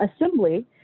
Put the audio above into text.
Assembly